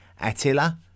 Attila